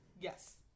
Yes